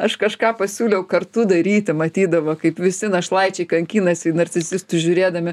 aš kažką pasiūliau kartu daryti matydama kaip visi našlaičiai kankinasi į narcisistus žiūrėdami